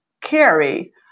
carry